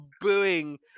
booing